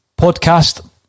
podcast